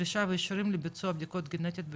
דרישה ואישורים לביצוע בדיקות גנטיות,